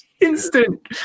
Instant